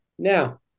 Now